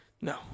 No